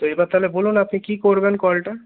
তো এবার তাহলে বলুন আপনি কি করবেন কলটা